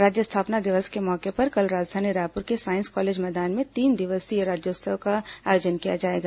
राज्य स्थापना दिवस के मौके पर कल राजधानी रायपूर के साईस कॉलेज मैदान में तीन दिवसीय राज्योत्सव का आयोजन किया जाएगा